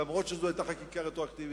אף-על-פי שזו היתה חקיקה רטרואקטיבית,